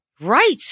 Right